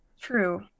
True